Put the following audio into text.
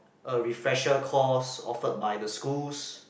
a refresher course offered by the schools